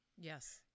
Yes